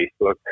Facebook